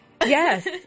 Yes